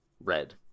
red